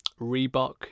Reebok